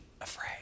afraid